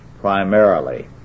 primarily